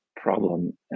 problem